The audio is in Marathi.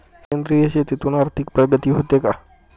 सेंद्रिय शेतीतून आर्थिक प्रगती होते का?